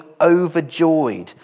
overjoyed